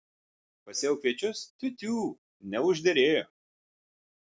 pasėjau kviečius tiu tiū neužderėjo